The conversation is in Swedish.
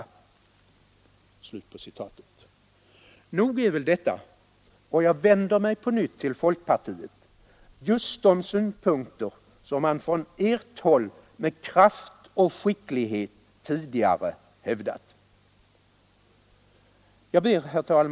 Nog är väl detta — och jag vänder mig på nytt till folkpartiet — just de synpunkter som man från ert håll med kraft och skicklighet tidigare hävdat? Herr talman!